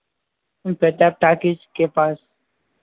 Tata talkies के पास